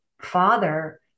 father